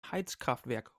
heizkraftwerk